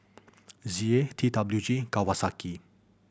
Z A T W G Kawasaki